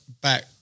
back